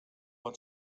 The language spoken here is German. man